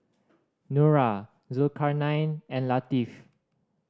Nura Zulkarnain and Latif